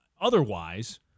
otherwise